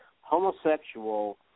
homosexual